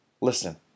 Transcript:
Listen